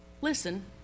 listen